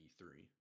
E3